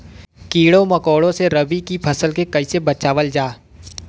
कीड़ों मकोड़ों से रबी की फसल के कइसे बचावल जा?